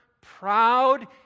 proud